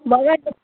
बगानको